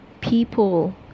People